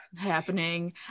happening